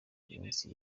minsi